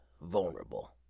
vulnerable